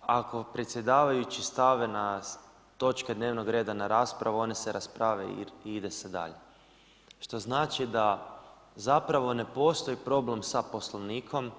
Uistinu ako predsjedavajući stave točke dnevnog reda na raspravu one se rasprave i ide se dalje, što znači da zapravo ne postoji problem sa Poslovnikom